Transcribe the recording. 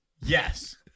Yes